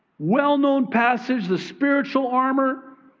well known passage, the spiritual armor,